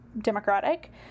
democratic